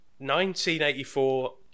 1984